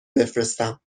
بفرستم